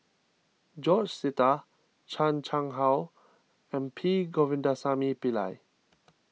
George Sita Chan Chang How and P Govindasamy Pillai